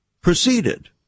proceeded